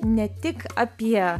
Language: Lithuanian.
ne tik apie